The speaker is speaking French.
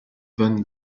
van